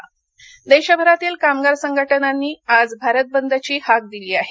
बंद देशभरातील कामगार संघटनांनी आज भारत बंदची हाक दिली आहे